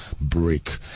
break